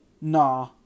Nah